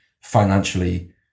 financially